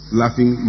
laughing